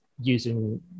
using